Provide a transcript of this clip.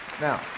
Now